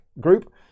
group